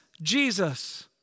Jesus